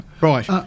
Right